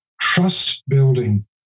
trust-building